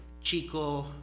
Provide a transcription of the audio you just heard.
chico